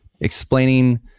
explaining